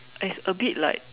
it's a bit like